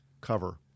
cover